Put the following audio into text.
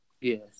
Yes